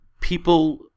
People